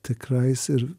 tikrais ir